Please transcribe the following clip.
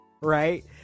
right